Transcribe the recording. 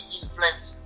influence